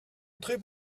entrer